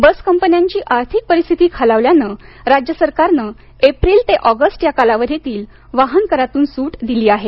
बस कंपन्यांची आर्थिक परिस्थिती खालावल्यानं राज्य सरकारनं एप्रिल ते ऑगस्ट या कालावधीतील वाहन करातून सूट दिली आहे